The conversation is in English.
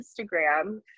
Instagram